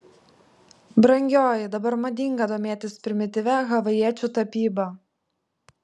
brangioji dabar madinga domėtis primityvia havajiečių tapyba